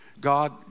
God